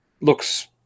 looks